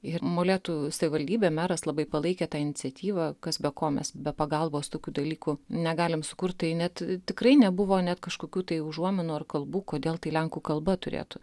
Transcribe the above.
ir molėtų savivaldybė meras labai palaikė tą iniciatyvą kas be ko mes be pagalbos tokių dalykų negalim sukurt tai net tikrai nebuvo net kažkokių tai užuominų ar kalbų kodėl tai lenkų kalba turėtų